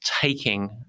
taking